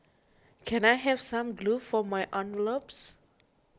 can I have some glue for my envelopes